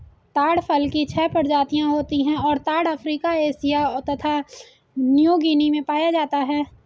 ताड़ फल की छह प्रजातियाँ होती हैं और ताड़ अफ्रीका एशिया तथा न्यूगीनी में पाया जाता है